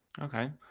okay